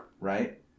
right